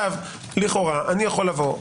לכאורה אני יכול לבוא,